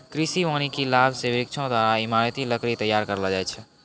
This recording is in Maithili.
कृषि वानिकी लाभ से वृक्षो द्वारा ईमारती लकड़ी तैयार करलो जाय छै